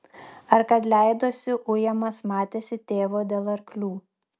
ar kad leidosi ujamas matėsi tėvo dėl arklių